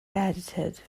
edited